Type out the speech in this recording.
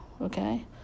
okay